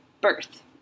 birth